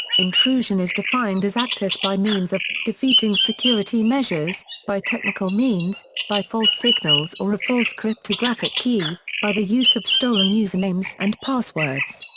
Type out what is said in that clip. intrusion is defined as access by means of defeating security measures by technical means by false signals or a false cryptographic key by the use of stolen usernames and passwords.